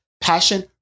Passion